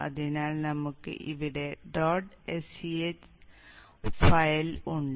അതിനാൽ നമുക്ക് ഇവിടെ ഡോട്ട് sch ഫയൽ ഉണ്ട്